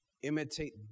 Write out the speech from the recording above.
imitate